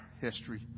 history